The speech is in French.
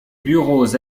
bureaux